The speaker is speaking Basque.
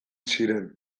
ziren